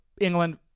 england